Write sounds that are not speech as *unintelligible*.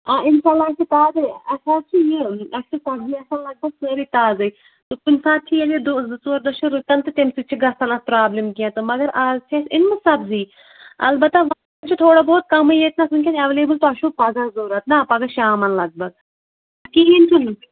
آ انشاء اللہ آسہِ تازَے اَسہِ حظ چھِ یہِ اَسہِ چھےٚ سبزی آسان لگ بگ سٲرٕے تازَے تہٕ کُنہِ ساتہٕ چھِ ییٚلہِ یہِ دۄہ زٕ ژور دۄہ چھِ رُکان تہٕ تَمہِ سۭتۍ چھِ گژھان اَتھ پرٛابلِم کیٚنہہِ تہٕ مگر اَز چھِ اَسہِ أنۍمٕژ سبزی البتہ *unintelligible* چھِ تھوڑا بہت کمٕے ییٚتِنَس وٕنۍکٮ۪ن اٮ۪ولیبٕل تۄہہِ چھِو پگاہ ضوٚرتھ نا پگاہ شامَن لگ بگ کِہیٖنۍ چھُنہٕ